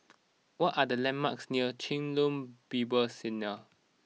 what are the landmarks near Chen Lien Bible Seminary